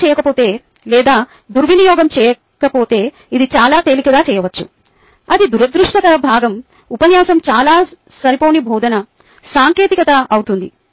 సరిగ్గా చేయకపోతే లేదా దుర్వినియోగం చేయకపోతే ఇది చాలా తేలికగా చేయవచ్చు అది దురదృష్టకర భాగం ఉపన్యాసం చాలా సరిపోని బోధనా సాంకేతికత అవుతుంది